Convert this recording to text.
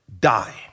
die